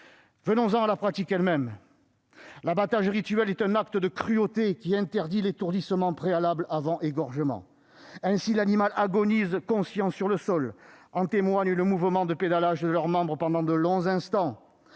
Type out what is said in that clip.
Venons-en à la pratique elle-même. L'abattage rituel est un acte de cruauté, qui interdit l'étourdissement préalable avant l'égorgement. Ainsi, l'animal agonise conscient sur le sol ; en témoigne le mouvement de pédalage de ses membres pendant de longs instants.